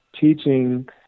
teaching